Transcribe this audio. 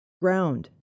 ground